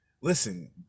Listen